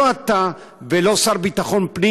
לא אתה ולא השר לביטחון פנים,